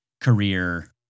career